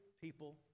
people